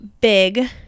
big